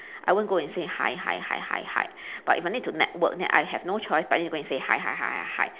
I won't go and say hi hi hi hi hi but if I need to network then I have no choice but I need to go and say hi hi hi hi hi